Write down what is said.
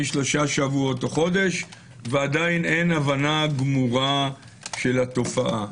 שלושה שבועות או חודש ועדיין אין הבנה גמורה של התופעה.